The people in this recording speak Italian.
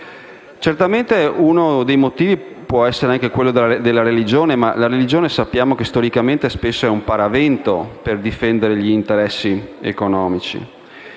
Certamente, uno dei motivi può essere anche quello della religione, ma storicamente sappiamo che la religione è spesso un paravento per difendere gli interessi economici.